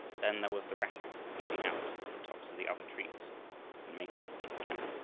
then there was the rattan creeping out over the tops of the other trees and making a thick canopy